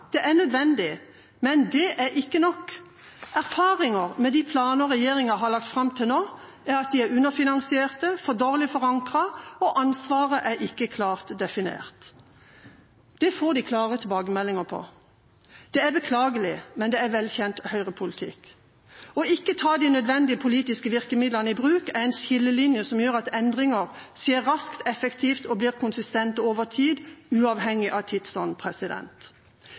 det er nødvendig, men det er ikke nok. Erfaringer med de planer regjeringa har lagt fram til nå, er at de er underfinansiert og for dårlig forankret, og ansvaret er ikke klart definert. Det får de klare tilbakemeldinger om. Det er beklagelig, men det er velkjent høyrepolitikk. Ikke å ta de nødvendige politiske virkemidlene i bruk er en skillelinje som gjør at endringer skjer raskt og effektivt og blir konsistente over tid, uavhengig av